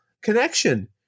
connection